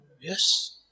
Yes